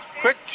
quick